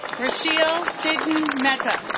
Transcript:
rochelle hidden meta